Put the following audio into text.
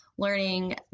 learning